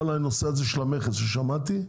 כל הנושא הזה של המכס ששמעתי,